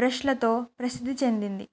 బ్రష్లతో ప్రసిద్ధి చెందింది